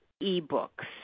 e-books